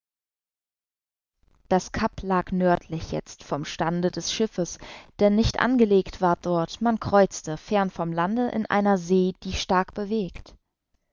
das cap lag nördlich jetzt vom stande des schiffes denn nicht angelegt ward dort man kreuzte fern vom lande in einer see die stark bewegt